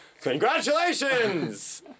congratulations